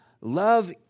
love